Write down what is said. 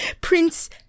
Prince